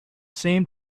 same